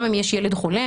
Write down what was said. גם אם יש ילד חולה,